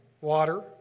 water